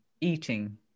eating